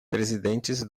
presidentes